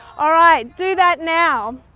alright, do that now.